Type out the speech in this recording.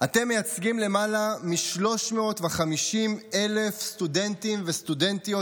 אתם מייצגים למעלה מ-350,000 סטודנטים וסטודנטיות